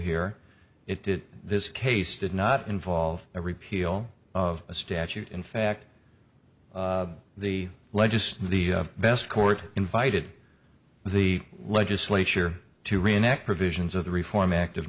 here it did this case did not involve a repeal of a statute in fact the largest the best court invited the legislature to reenact provisions of the reform act